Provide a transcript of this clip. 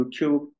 YouTube